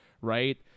right